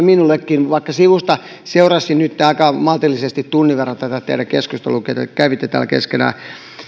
minullekin vaikka sivusta seurasin nytten aika maltillisesti tunnin verran tätä teidän keskusteluanne jota kävitte täällä keskenänne